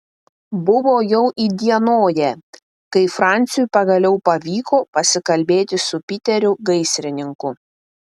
buvo jau įdienoję kai franciui pagaliau pavyko pasikalbėti su piteriu gaisrininku